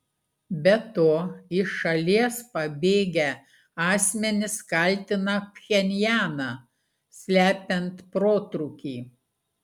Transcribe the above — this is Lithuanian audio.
be to iš šalies pabėgę asmenys kaltina pchenjaną slepiant protrūkį